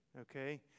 okay